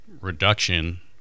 reduction